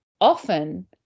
often